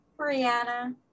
Brianna